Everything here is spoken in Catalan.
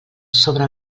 sobre